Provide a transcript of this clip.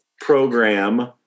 program